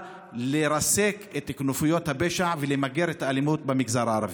לרסק את כנופיות הפשע ולמגר את האלימות במגזר הערבי.